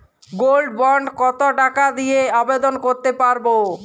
Gold bond কত টাকা দিয়ে আবেদন করতে পারবো?